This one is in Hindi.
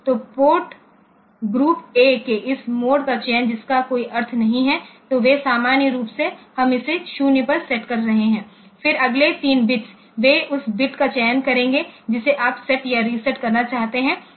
तो पोर्ट ग्रुप ए के इस मोड का चयन जिसका कोई अर्थ नहीं है तो वे सामान्य रूप से हम इसे 0 पर सेट कर रहे हैं फिर अगले 3 बिट्स वे उस बिट का चयन करेंगे जिसे आप सेट या रीसेट करना चाहते हैं